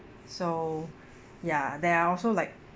so ya there're also like